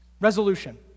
resolution